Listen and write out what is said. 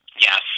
Yes